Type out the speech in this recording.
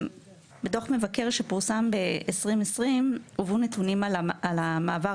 בדו"ח מבקר שפורסם ב-2020 הובאו נתונים על המעבר